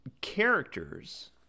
characters